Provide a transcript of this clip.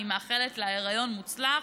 ואני מאחלת לה היריון מוצלח,